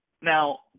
Now